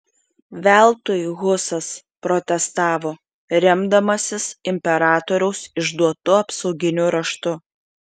veltui husas protestavo remdamasis imperatoriaus išduotu apsauginiu raštu